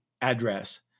address